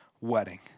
wedding